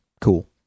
cool